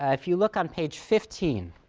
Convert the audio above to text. if you look on page fifteen,